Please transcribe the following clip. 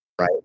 Right